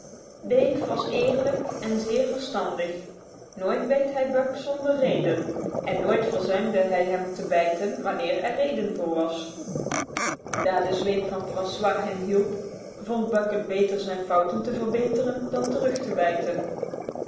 dave was eerlijk en verstandig nooit beet hij buck zonder reden en nooit verzuimde hij hem te bijten wanneer er reden voor was daar de zweep van francois hem hielp vond buck het beter zijn fouten te verbeteren dan terug te bijten